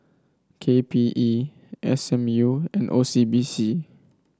K P E S M U and O C B C